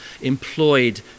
employed